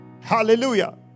Hallelujah